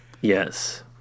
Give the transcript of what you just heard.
Yes